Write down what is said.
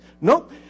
Nope